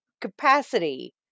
capacity